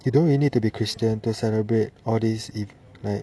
you don't really need to be christian to celebrate all these if like